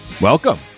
Welcome